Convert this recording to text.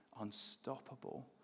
unstoppable